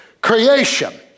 creation